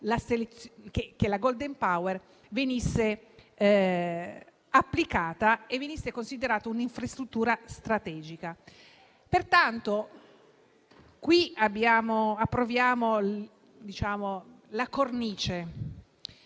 che la *golden power* venisse applicata e la rete venisse considerata un'infrastruttura strategica. Oggi approviamo la cornice